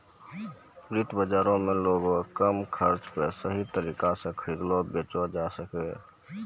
वित्त बजारो मे लोगें कम खर्चा पे सही तरिका से खरीदे बेचै सकै छै